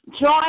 join